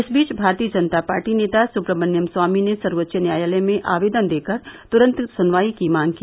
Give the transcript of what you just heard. इस बीच भारतीय जनता पार्टी नेता सुब्रमण्यम स्वामी ने सर्वोच्च न्यायालय में आवेदन देकर तुरंत सुनवाई की मांग की